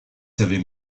savez